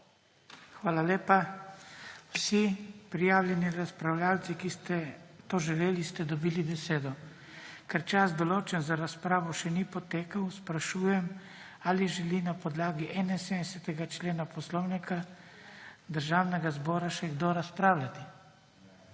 Hvala lepa. Vsi prijavljeni razpravljavci, ki ste to želeli, ste dobili besedo. Ker čas, določen za razpravo, še ni potekel, sprašujem, ali želi na podlagi 71. člena Poslovnika Državnega zbora še kdo razpravljati.